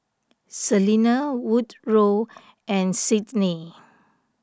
Selena Woodroe and Sydnee